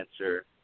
answer